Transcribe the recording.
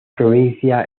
provincia